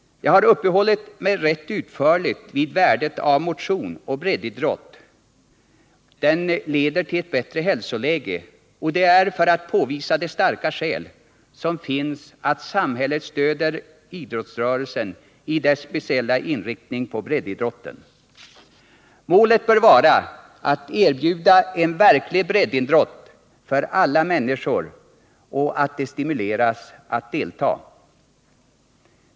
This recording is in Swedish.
Jag har uppehållit mig rätt utförligt vid värdet av motion och breddidrott som leder till ett bättre hälsoläge, och det är för att påvisa de starka skäl som finns att samhället stöder idrottsrörelsen i dess speciella inriktning på breddidrotten. Målet bör vara att erbjuda en verklig breddidrott för alla människor och att dessa stimuleras att delta.